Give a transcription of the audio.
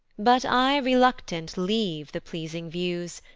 but i reluctant leave the pleasing views,